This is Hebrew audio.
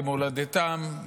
למולדתם,